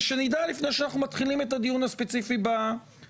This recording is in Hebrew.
זאת כדי שנדע לפני שאנחנו מתחילים את הדיון הספציפי בסעיפים.